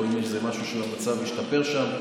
רואים איזה משהו שהמצב השתפר שם,